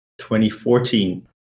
2014